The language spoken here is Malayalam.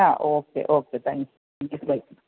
ah okay okay thank you